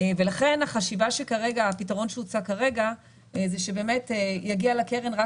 ולכן הפתרון שהוצע כרגע זה שבאמת יגיעו לקרן רק